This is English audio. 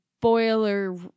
boiler